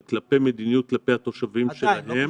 זו מדיניות כלפי התושבים שלהם,